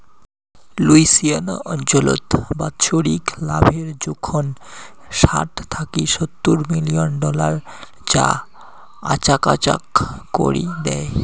Louisiana অঞ্চলত বাৎসরিক লাভের জোখন ষাট থাকি সত্তুর মিলিয়ন ডলার যা আচাকচাক করি দ্যায়